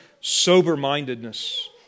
sober-mindedness